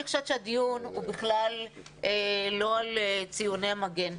אני חושבת שהדיון הוא בכלל לא על ציוני המגן.